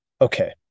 Okay